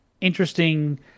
interesting